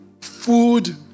food